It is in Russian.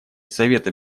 совета